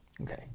okay